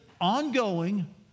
ongoing